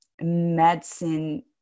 medicine